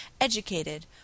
educated